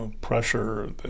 pressure